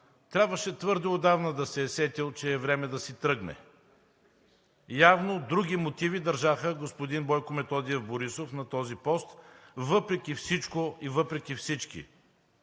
трябваше твърде отдавна да се е сетил, че е време да си тръгне. Явно други мотиви държаха господин Бойко Методиев Борисов на този пост въпреки всичко и въпреки всички.